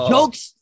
Jokes